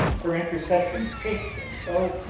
her intercession chaf'd him so,